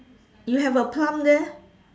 you have a plum there